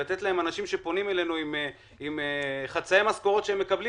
כשאנשים פונים אלינו עם חצאי משכורות שהם מקבלים